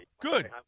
good